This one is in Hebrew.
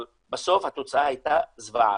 אבל בסוף התוצאה הייתה זוועה,